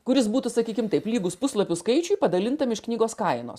kuris būtų sakykim taip lygus puslapių skaičiui padalintam iš knygos kainos